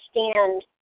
understand